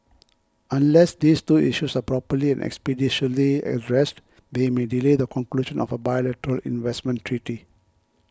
unless these two issues are properly and expeditiously addressed they may delay the conclusion of a bilateral investment treaty